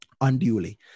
unduly